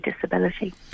disability